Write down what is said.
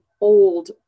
old